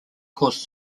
caused